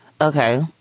Okay